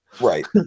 Right